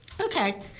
Okay